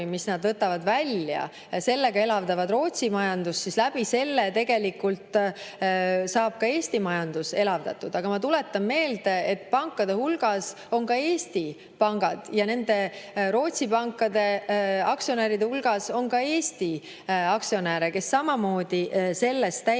mis nad võtavad välja, elavdavad Rootsi majandust, siis selle kaudu saab tegelikult ka Eesti majandus elavdatud. Aga ma tuletan meelde, et pankade hulgas on ka Eesti pangad ja nende Rootsi pankade aktsionäride hulgas on ka Eesti aktsionäre, kes samamoodi sellest täiendavalt